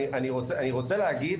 אני רוצה להגיד